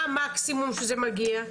מה המקסימום שזה מגיע?